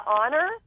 honor